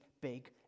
big